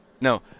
No